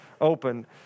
open